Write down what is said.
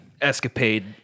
escapade